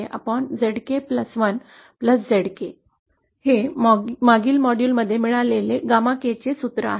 कारण γ k सर्व बरोबर आहे हे मागील मॉड्यूलमध्ये सापडलेले γ k चे सूत्र आहे